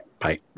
Bye